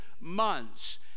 months